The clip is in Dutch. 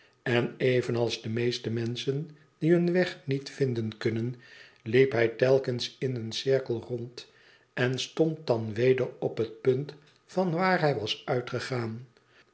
en evenals de meeste menschen die hun weg niet vinden kunnen liep hij telkens in een cirkel rond en stond dan weder op het punt van waar hij was uitgegaan